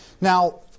Now